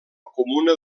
comuna